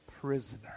prisoner